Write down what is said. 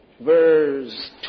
Verse